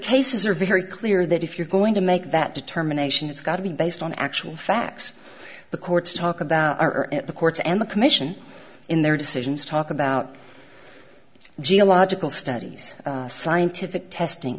cases are very clear that if you're going to make that determination it's got to be based on actual facts the courts talk about are at the courts and the commission in their decisions talk about geological studies scientific testing